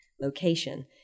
location